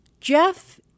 jeff